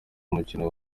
umukino